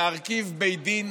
להרכיב בית דין,